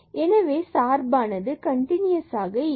எனவே சார்பானது கன்டினுயஸ் இல்லை